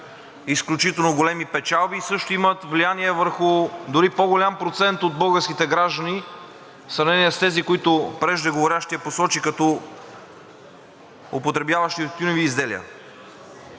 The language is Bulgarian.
изключително големи печалби и също имат влияние върху дори по-голям процент от българските граждани в сравнение с тези, които преждеговорившият посочи като употребяващи тютюневи изделия.